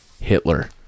Hitler